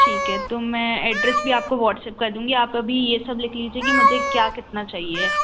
ठीक है तो मैं एड्रेस भी आपको व्हाट्सअप कर दूँगी आप अभी यह सब लिख लीजिए कि मुझे क्या कितना चाहिए